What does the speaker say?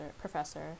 professor